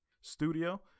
studio